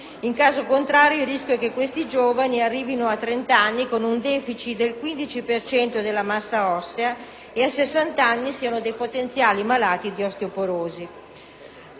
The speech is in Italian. In caso contrario, il rischio è che questi giovani arrivino a trent'anni con un deficit del 15 per cento della massa ossea e a sessant'anni siano dei potenziali malati di osteoporosi.